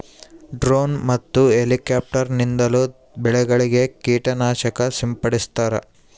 drone ಮತ್ತು helicopter ನಿಂದಲೂ ಬೆಳೆಗಳಿಗೆ ಕೀಟ ನಾಶಕ ಸಿಂಪಡಿಸ್ತಾರ